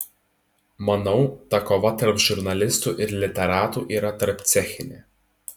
manau ta kova tarp žurnalistų ir literatų yra tarpcechinė